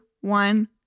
one